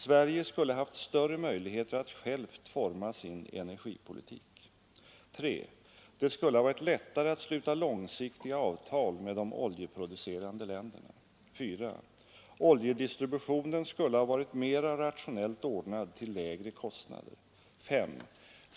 Sverige skulle haft större möjligheter att självt forma sin energipolitik. 3. Det skulle ha varit lättare att sluta långsiktiga avtal med de oljeproducerande länderna. 4. Oljedistributionen skulle ha varit mera rationellt ordnad till lägre kostnader. S.